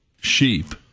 sheep